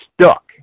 stuck